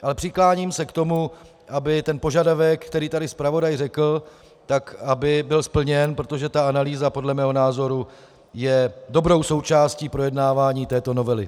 Ale přikláním se k tomu, aby ten požadavek, který tady zpravodaj řekl, byl splněn, protože ta analýza podle mého názoru je dobrou součástí projednávání této novely.